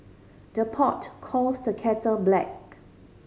the pot calls the kettle black